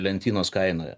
lentynos kainoje